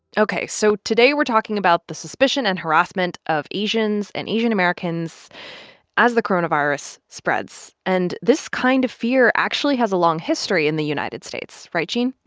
ok. so today, we're talking about the suspicion and harassment of asians and asian americans as the coronavirus spreads. and this kind of fear actually has a long history in the united states, right, gene?